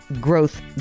growth